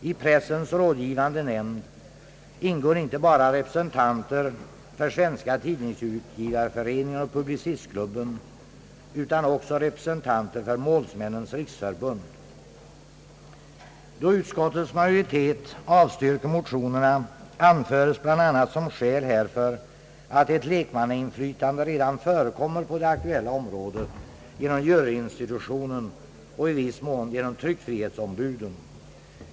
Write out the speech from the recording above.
I Pressens rådgivande nämnd ingår inte bara representanter för Svenska tidningsutgivareföreningen och Publicistklubben utan också för Målsmännens riksförbund. Då utskottets majoritet avstyrker motionerna anföres som skäl härför bl.a. att ett lekmannainflytande redan förekommer på det aktuella området genom juryinstitutionen och i viss mån genom tryckfrihetsombuden.